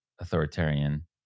authoritarian